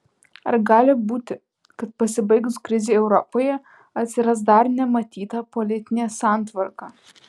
ar gali būti kad pasibaigus krizei europoje atsiras dar nematyta politinė santvarka